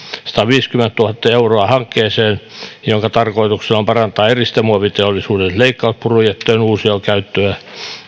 sataviisikymmentätuhatta euroa hankkeeseen jonka tarkoituksena on parantaa eristemuoviteollisuuden leikkauspurujätteen uusiokäyttöä